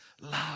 love